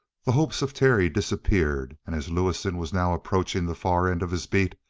the hopes of terry disappeared, and as lewison was now approaching the far end of his beat,